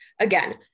Again